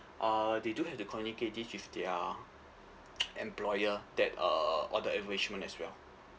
ah they do have to communicate this with their employer that uh or the arrangement as well